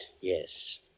yes